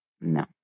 No